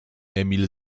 emil